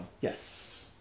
Yes